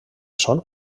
són